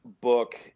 book